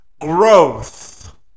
growth